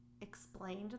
explained